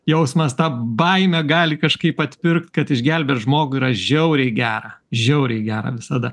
jausmas tą baimę gali kažkaip atpirkt kad išgelbėti žmogų yra žiauriai gera žiauriai gera visada